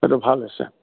সেইটো ভাল আছে